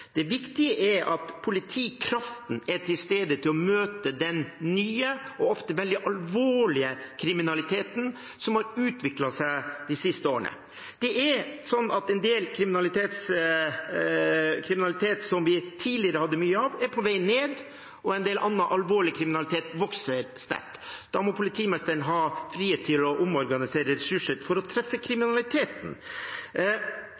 Det viktige er at politikraften er til stede for å møte den nye og ofte veldig alvorlige kriminaliteten som har utviklet seg de siste årene. En del kriminalitet som vi tidligere hadde mye av, er på vei ned, og en del annen alvorlig kriminalitet vokser sterkt. Da må politimestrene ha frihet til å omorganisere ressurser for å treffe